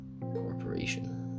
corporation